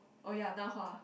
oh ya Nan-Hua